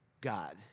God